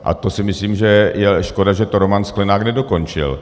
A to si myslím, že je škoda, že to Roman Sklenák nedokončil.